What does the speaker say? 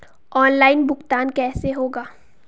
Online भुगतान कैसे होगा?